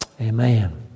Amen